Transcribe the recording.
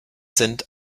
sind